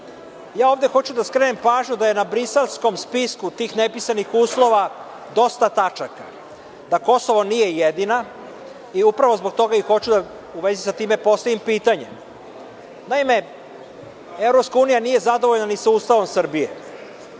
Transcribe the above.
EU. Hoću da skrenem pažnju da je na briselskom spisku tih nepisanih uslova dosta tačaka, da Kosovo nije jedina i upravo u vezi sa tim hoću da postavim pitanje. Naime, EU nije zadovoljna ni sa Ustavom Srbije,